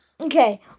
Okay